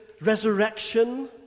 resurrection